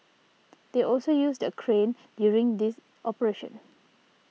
they also used a crane during this operation